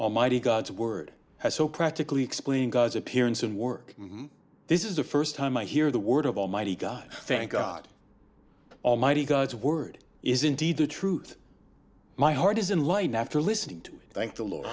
almighty god's word has so practically explain god's appearance and work this is the first time i hear the word of almighty god thank god almighty god's word is indeed the truth my heart is in light after listening to thank the lord